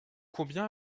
combien